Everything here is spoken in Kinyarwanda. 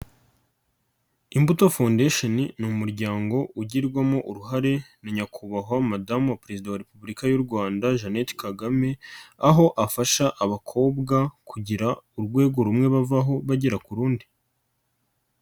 Imbuto foundation, ni umuryango ugirwamo uruhare na Nyakubahwa madamu wa perezida wa repubulika y'u Rwanda, Jeannette Kagame, aho afasha abakobwa kugira urwego rumwe bavaho, bagera ku rundi.